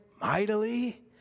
mightily